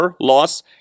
loss